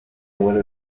muere